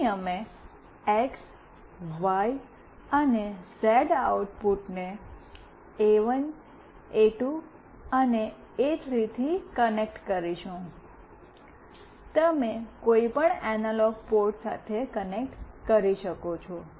પછી અમે X Y અને ઝેડ આઉટપુટને એ1 એ2 અને એ3 થી કનેક્ટ કરીશું તમે કોઈપણ એનાલોગ પોર્ટ સાથે કનેક્ટ કરી શકો છો